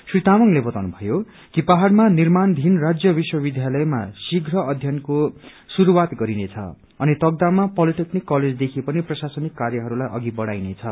श्री तामाङले बताउनु भयो कि पहाड़मा निर्माणाधीन राज्य विश्व विद्यालयमा शीघ्र अध्ययनको शुरूआत गरिनेछ अनि तकदाहमा पोलिटेकनिक कलेजदेखि पनि प्रशासनिक कार्यहरूलाई अघि बढ़ाइनेछ